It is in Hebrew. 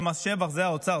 זה מס שבח, זה האוצר.